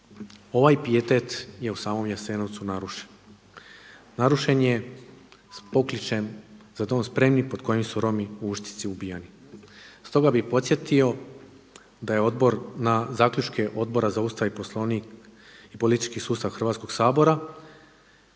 ovaj pijetet je u samo Jasenovcu narušen. Narušen je s pokličem „Za dom spremni“ pod kojim su Romi u Uštici ubijani. Stoga bih podsjetio da je odbor na zaključke Odbora za Ustav i Poslovnik i politički sustav Hrvatskoga sabora,